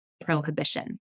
prohibition